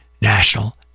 National